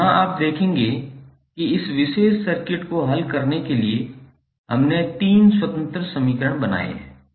तो यहां आप देखेंगे कि इस विशेष सर्किट को हल करने के लिए हमने 3 स्वतंत्र समीकरण बनाए हैं